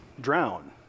Drown